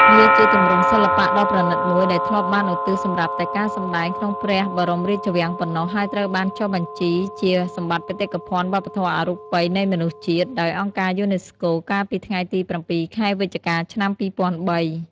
វាជាទម្រង់សិល្បៈដ៏ប្រណីតមួយដែលធ្លាប់បានឧទ្ទិសសម្រាប់តែការសម្ដែងក្នុងព្រះបរមរាជវាំងប៉ុណ្ណោះ ហើយត្រូវបានចុះបញ្ជីជា សម្បត្តិបេតិកភណ្ឌវប្បធម៌អរូបីនៃមនុស្សជាតិ ដោយអង្គការយូណេស្កូ កាលពីថ្ងៃទី ៧ ខែវិច្ឆិកា ឆ្នាំ២០០៣។